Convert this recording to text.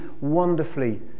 wonderfully